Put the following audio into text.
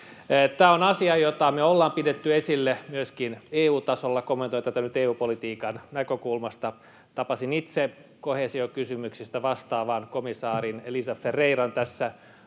Tämä on asia, jota me ollaan pidetty esillä myöskin EU-tasolla. Kommentoin tätä nyt EU-politiikan näkökulmasta. Tapasin itse koheesiokysymyksistä vastaavan komissaarin, Elisa Ferreiran, tässä muutama